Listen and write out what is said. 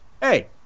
Hey